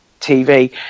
TV